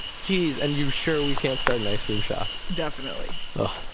geez. and you sure we can't start an ice cream shop? definitely oh,